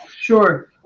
Sure